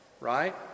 Right